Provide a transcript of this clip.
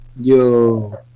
Yo